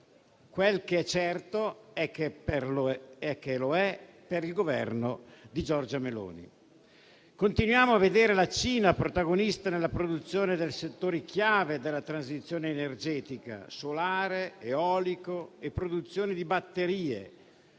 Quel che è certo è che lo è per il Governo di Giorgia Meloni. Continuiamo a vedere la Cina protagonista nella produzione di settori chiave della transizione energetica: solare, eolico, produzione di batterie